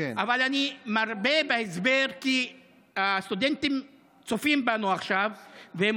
אבל אני מרבה בהסבר כי הסטודנטים צופים בנו עכשיו והם